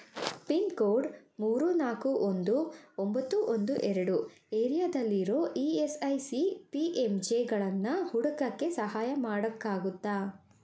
pin code ಮೂರು ನಾಲ್ಕು ಒಂದು ಒಂಬತ್ತು ಒಂದು ಎರಡು ಏರಿಯಾದಲ್ಲಿರೋ E S I C P M ಜೆಗಳನ್ನು ಹುಡ್ಕೋಕ್ಕೆ ಸಹಾಯ ಮಾಡೋಕ್ಕಾಗತ್ತಾ